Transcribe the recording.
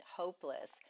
hopeless